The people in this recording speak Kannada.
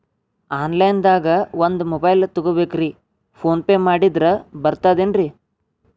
ಆನ್ಲೈನ್ ದಾಗ ಒಂದ್ ಮೊಬೈಲ್ ತಗೋಬೇಕ್ರಿ ಫೋನ್ ಪೇ ಮಾಡಿದ್ರ ಬರ್ತಾದೇನ್ರಿ?